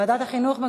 אה, ועדת החינוך.